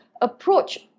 approach